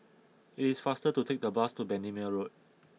it is faster to take the bus to Bendemeer Road